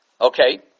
Okay